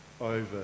over